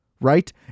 right